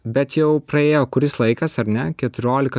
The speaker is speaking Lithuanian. bet jau praėjo kuris laikas ar ne keturiolika